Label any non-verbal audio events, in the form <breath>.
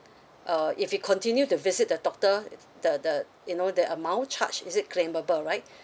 uh if you continue to visit the doctor the the you know the amount charged is it claimable right <breath>